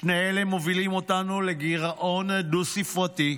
שני אלה מובילים אותנו לגירעון דו-ספרתי,